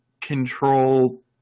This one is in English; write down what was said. control